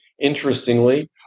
Interestingly